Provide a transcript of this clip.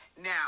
Now